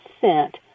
percent